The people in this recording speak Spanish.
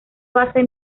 base